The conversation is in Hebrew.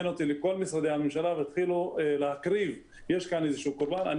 אותי לכל משרדי הממשלה ויתחילו להקריב יש כאן איזשהו קורבן.